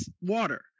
water